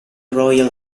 royal